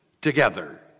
together